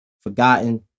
Forgotten